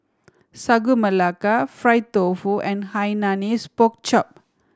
Sagu Melaka fried tofu and Hainanese Pork Chop